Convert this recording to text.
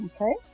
okay